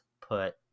put